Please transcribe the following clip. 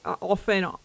often